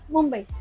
Mumbai